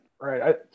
right